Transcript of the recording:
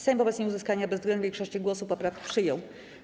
Sejm wobec nieuzyskania bezwzględnej większości głosów poprawki przyjął.